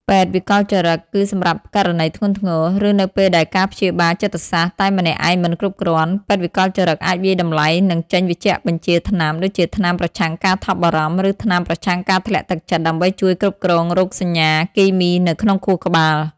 ពេទ្យវិកលចរិត គឺសម្រាប់ករណីធ្ងន់ធ្ងរ ឬនៅពេលដែលការព្យាបាលចិត្តសាស្ត្រតែម្នាក់ឯងមិនគ្រប់គ្រាន់ ពេទ្យវិកលចរិតអាចវាយតម្លៃ និងចេញវេជ្ជបញ្ជាថ្នាំ ដូចជាថ្នាំប្រឆាំងការថប់បារម្ភ ឬថ្នាំប្រឆាំងការធ្លាក់ទឹកចិត្ត ដើម្បីជួយគ្រប់គ្រងរោគសញ្ញា គីមីនៅក្នុងខួរក្បាល។